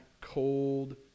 cold